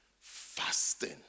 fasting